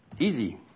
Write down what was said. Easy